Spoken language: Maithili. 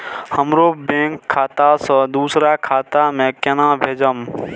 हमरो बैंक खाता से दुसरा खाता में केना भेजम?